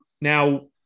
now